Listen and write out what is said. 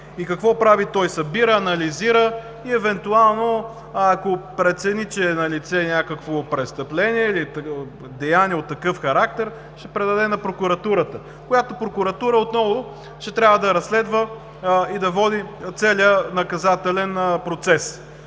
И какво прави той? Събира, анализира и евентуално, ако прецени, че е налице някакво престъпление или деяние от такъв характер, ще предаде на прокуратурата, която отново ще трябва да разследва и да води целия наказателен процес